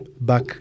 back